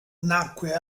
nacque